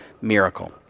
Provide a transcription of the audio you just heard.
miracle